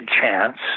chance